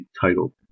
title